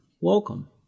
welcome